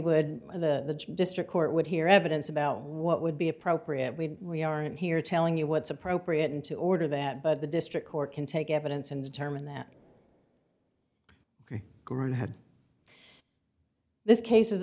would the district court would hear evidence about what would be appropriate we we aren't here telling you what's appropriate and to order that but the district court can take evidence and determine that green had this case